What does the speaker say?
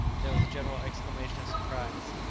there was a general exclamation of surprise.